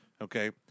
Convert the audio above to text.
Okay